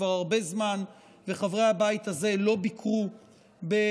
כבר הרבה זמן שחברי הבית הזה לא ביקרו באוקראינה.